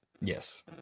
Yes